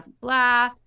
blah